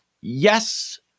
Yes